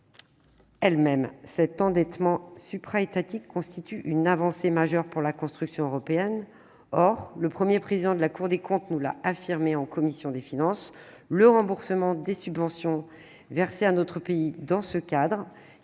propre. Cet endettement supra-étatique constitue une avancée majeure pour la construction européenne. Or le Premier Président de la Cour des comptes l'a affirmé devant la commission des finances : le remboursement des sommes versées à notre pays dans ce cadre,